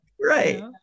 right